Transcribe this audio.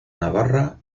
navarra